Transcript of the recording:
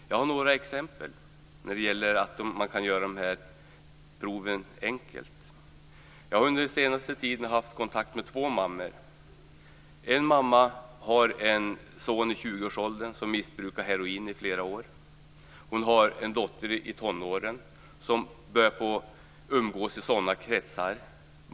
Jag har några exempel när det gäller att proven kan göras enkla. Jag har under den senaste tiden haft kontakt med två mammor. En mamma har en son i 20 årsåldern som har missbrukat heroin i flera år, och hon har en dotter i tonåren som börjar umgås i sådana kretsar.